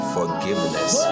forgiveness